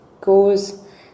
goes